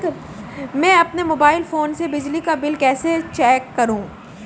मैं अपने mobile phone से बिजली का बिल कैसे चेक करूं?